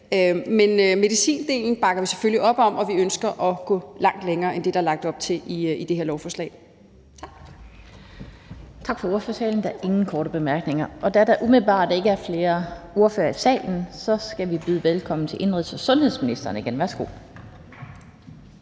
Men medicindelen bakker vi selvfølgelig op om, og vi ønsker at gå langt længere end det, der er lagt op til i det her lovforslag.